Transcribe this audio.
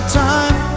time